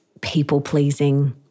people-pleasing